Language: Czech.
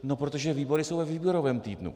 No protože výbory jsou ve výborovém týdnu.